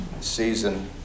season